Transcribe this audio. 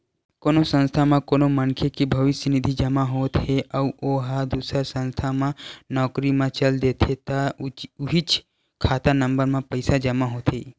कोनो संस्था म कोनो मनखे के भविस्य निधि जमा होत हे अउ ओ ह दूसर संस्था म नउकरी म चल देथे त उहींच खाता नंबर म पइसा जमा होथे